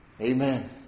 Amen